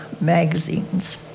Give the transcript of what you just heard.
magazines